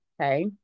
Okay